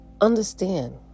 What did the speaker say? Understand